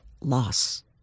loss